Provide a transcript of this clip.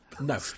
no